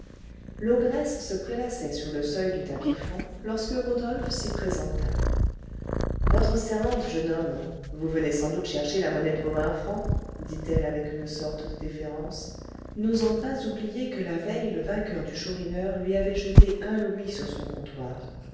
l'ogresse se prélassait sur le seuil du tapis franc lorsque rodolphe s'y présenta votre servante jeune homme vous venez sans doute chercher la monnaie de vos vingt francs dit-elle avec une sorte de déférence n'osant pas oublier que la veille le vainqueur du chourineur lui avait jeté un louis sur son comptoir